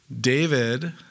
David